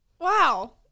Wow